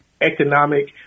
economic